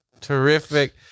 Terrific